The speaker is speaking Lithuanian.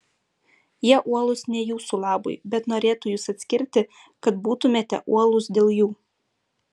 jie uolūs ne jūsų labui bet norėtų jus atskirti kad būtumėte uolūs dėl jų